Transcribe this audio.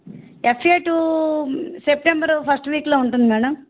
FA two September first వీక్లో ఉంటుంది madam